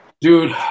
Dude